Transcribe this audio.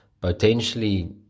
potentially